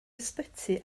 ysbyty